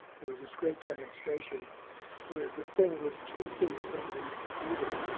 there was this great demonstration where the thing was two feet from the computer,